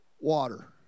water